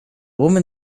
woman